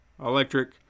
electric